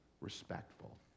respectful